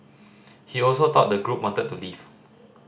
he also thought the group wanted to leave